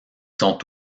sont